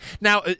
now